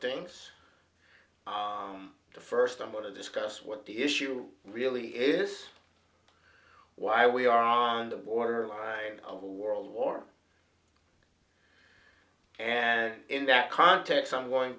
things the first i'm going to discuss what the issue really is why we are on the border a world war and in that context i'm going